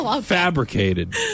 fabricated